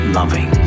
loving